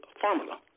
formula